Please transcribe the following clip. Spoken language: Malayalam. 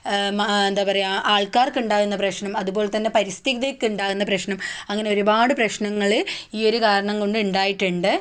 എന്താണ് പറയുക ആൾക്കാർക്ക് ഉണ്ടാകുന്ന പ്രശ്നം അതുപോലെ തന്നെ പരിസ്ഥിതിക്ക് ഉണ്ടാകുന്ന പ്രശ്നം അങ്ങനെ ഒരുപാട് പ്രശ്നങ്ങൾ ഈ ഒരു കാരണം കൊണ്ട് ഉണ്ടായിട്ടുണ്ട്